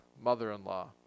mother-in-law